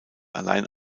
allein